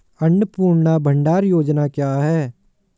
अन्नपूर्णा भंडार योजना क्या है?